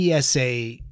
PSA